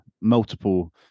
multiple